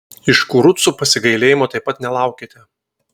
iš kurucų pasigailėjimo taip pat nelaukite